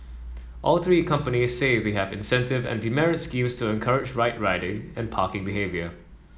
all three companies say they have incentive and demerit schemes to encourage right riding and parking behaviour